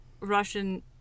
Russian